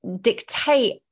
dictate